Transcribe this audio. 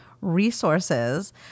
resources